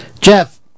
Jeff